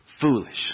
foolish